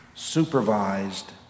supervised